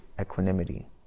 equanimity